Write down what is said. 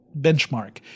benchmark